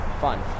fun